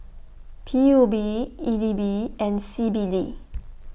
P U B E D B and C B D